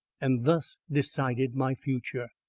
and thus decided my future.